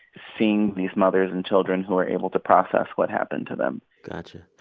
seeing these mothers and children who were able to process what happened to them got you.